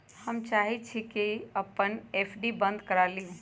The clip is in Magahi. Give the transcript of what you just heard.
हम चाहई छी कि अपन एफ.डी बंद करा लिउ